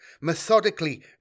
methodically